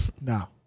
No